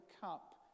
cup